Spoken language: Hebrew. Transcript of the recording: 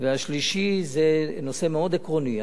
השלישי זה נושא מאוד עקרוני,